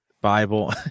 Bible